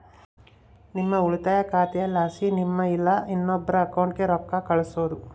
ನಿಮ್ಮ ಉಳಿತಾಯ ಖಾತೆಲಾಸಿ ನಿಮ್ಮ ಇಲ್ಲಾ ಇನ್ನೊಬ್ರ ಅಕೌಂಟ್ಗೆ ರೊಕ್ಕ ಕಳ್ಸೋದು